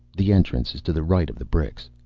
the entrance is to the right of the bricks.